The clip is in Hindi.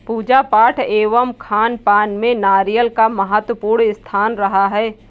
पूजा पाठ एवं खानपान में नारियल का महत्वपूर्ण स्थान रहा है